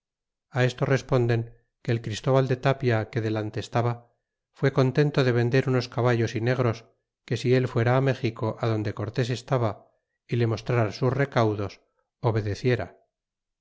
esto responden que el christóde vender unos caballos y negros que si él fuera méxico adonde cortés estaba y le mostrara sus recaudos obedeciera